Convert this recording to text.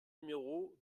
numéro